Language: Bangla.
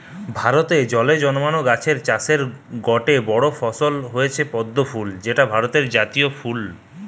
ভারতে জলে জন্মানা গাছের চাষের গটে বড় ফসল হয়ঠে পদ্ম ফুল যৌটা ভারতের জাতীয় ফুল বি